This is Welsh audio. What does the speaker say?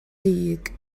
dug